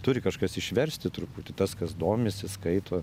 turi kažkas išversti truputį tas kas domisi skaito